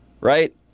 right